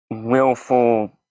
willful